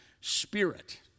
spirit